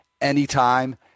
Anytime